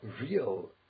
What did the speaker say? real